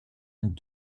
junior